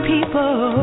People